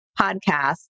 podcast